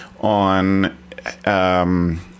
on